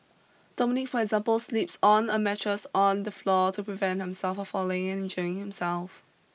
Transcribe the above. Dominic for example sleeps on a mattress on the floor to prevent himself from falling and injuring himself